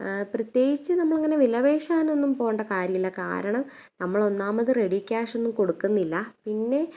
പ്രത്യേകിച്ച് നമ്മളങ്ങനെ വിലപേശാനൊന്നും പോകേണ്ട കാര്യമില്ല കാരണം നമ്മൾ ഒന്നാമത് റെഡി ക്യാഷ് ഒന്നും കൊടുക്കുന്നില്ല പിന്നെ